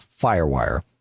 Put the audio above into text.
Firewire